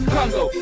Congo